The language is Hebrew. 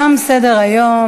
תם סדר-היום.